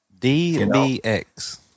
DBX